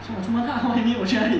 so 我出门 lah what you mean 我去哪里